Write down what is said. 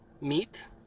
meat